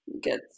get